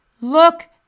Look